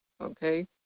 okay